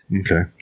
Okay